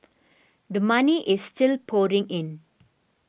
the money is still pouring in